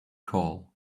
call